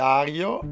Dario